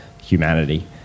humanity